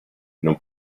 non